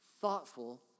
thoughtful